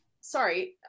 sorry